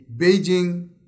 Beijing